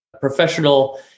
professional